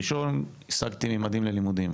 ראשון, השגתי "ממדים ללימודים".